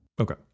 Okay